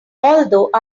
although